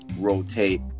rotate